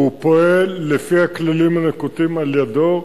והוא פועל לפי הכללים הנקוטים על-ידו.